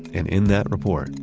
and in that report,